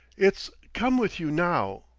it's come with you now,